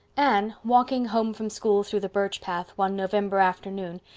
anne, walking home from school through the birch path one november afternoon,